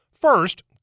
First